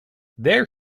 there